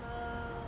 ah